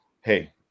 hey